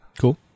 Cool